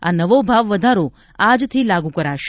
આ નવો ભાવ વધારો આજથી લાગુ કરાશે